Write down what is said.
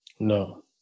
No